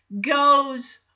goes